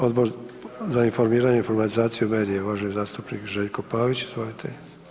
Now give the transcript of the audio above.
Odbor za informiranje, informatizaciju i medije, uvaženi zastupnik Željko Pavić, izvolite.